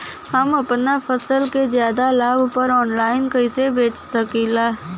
हम अपना फसल के ज्यादा लाभ पर ऑनलाइन कइसे बेच सकीला?